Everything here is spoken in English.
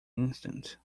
instant